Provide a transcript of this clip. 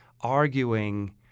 arguing